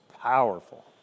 powerful